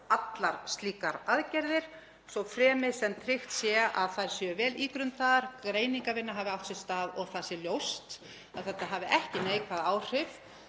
allar slíkar aðgerðir svo fremi sem tryggt sé að þær séu vel ígrundaðar, greiningarvinna hafi átt sér stað og það sé ljóst að þetta hafi ekki neikvæð áhrif